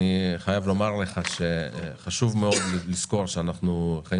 אני חייב לומר לך שחשוב מאוד לזכור שאנחנו חיים